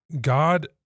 God